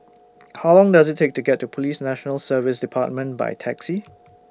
How Long Does IT Take to get to Police National Service department By Taxi